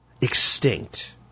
Extinct